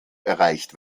erreicht